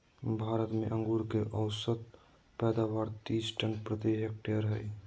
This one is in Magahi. भारत में अंगूर के औसत पैदावार तीस टन प्रति हेक्टेयर हइ